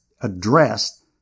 addressed